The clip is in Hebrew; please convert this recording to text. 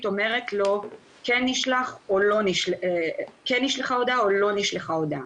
אומרת לו 'כן נשלחה הודעה' או 'לא נשלחה הודעה',